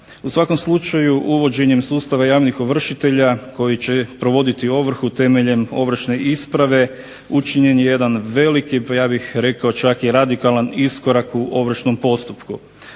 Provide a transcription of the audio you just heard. U svakom slučaju uvođenjem sustava javnih ovršitelja koji će provoditi ovrhu temeljem ovršne isprave učinjen je jedan veliki, pa ja bih rekao čak i radikalan iskorak u ovršnom postupku.